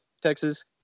Texas